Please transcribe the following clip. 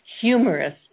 humorous